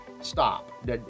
stop